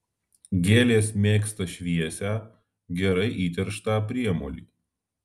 gėlės mėgsta šviesią gerai įtręštą priemolį